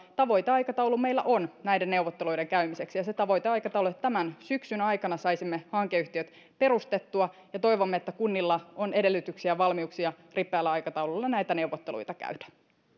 tavoiteaikataulu meillä on näiden neuvotteluiden käymiseksi ja se tavoiteaikataulu on että tämän syksyn aikana saisimme hankeyhtiöt perustettua ja toivomme että kunnilla on edellytyksiä valmiuksia ripeällä aikataululla näitä neuvotteluita käydä